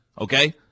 okay